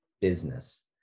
business